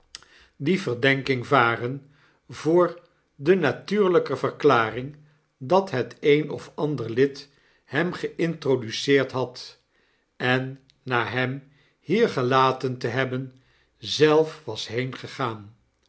wydie verdenking varen voor de natuurljjker verklaring dat het een of ander lid hem geintroduceerd had en na hem hier gelaten te hebben zelf was